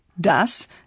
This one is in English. das